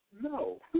No